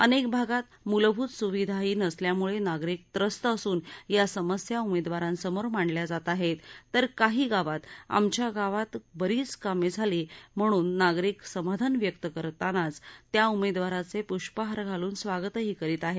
अनेक भागात मुलभूत सुविधांही नसल्यामुळे नागरिक त्रस्त असून या समस्या उमेदवारांसमोर मांडल्या जात आहेत तर काही गावांत आमच्या गावात बरीच कामे झाली म्हणून नागरिक समाधान व्यक्त करतांनाच त्या उमेदवाराचे पुष्पहार घालून स्वागतही करीत आहेत